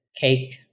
cake